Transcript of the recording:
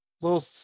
little